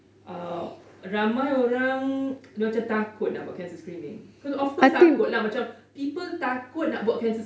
uh ramai orang macam takut nak buat cancer screening because of course takut lah macam people takut nak buat cancer screening